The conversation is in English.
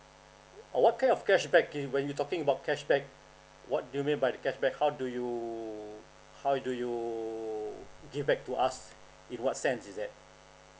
oh what kind of cashback gi~ when you talking about cashback what do you mean by the cashback how do you how do you give back to us in what sense is that